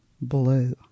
Blue